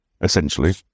essentially